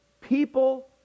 People